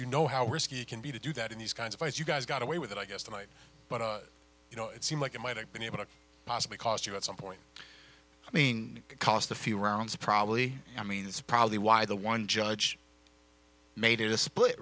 you know how risky it can be to do that in these kinds of fights you guys got away with it i guess tonight but you know it seemed like it might have been able to possibly cause you at some point i mean cost a few rounds probably i mean that's probably why the one judge made a split